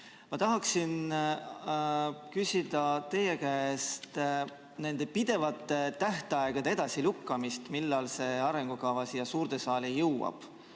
Ma tahan küsida teie käest nende tähtaegade edasilükkamise kohta, millal see arengukava siia suurde saali jõuab.